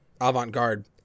avant-garde